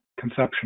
conception